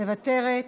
מוותרת,